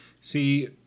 See